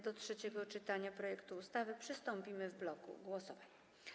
Do trzeciego czytania projektu ustawy przystąpimy w bloku głosowań.